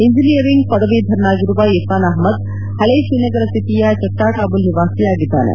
engineering ಪದವೀದರನಾಗಿರುವ ಇರ್ಥಾನ್ ಅಹಮದ್ ಹಳೇ ಶ್ರೀನಗರ ಸಿಟಿಯ ಚಟ್ಪಾಟಾಬಲ್ ನಿವಾಸಿಯಾಗಿದ್ದಾನೆ